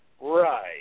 Right